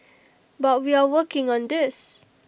but we are working on this